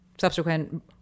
subsequent